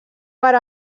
per